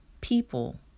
people